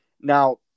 now